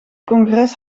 congres